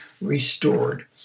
restored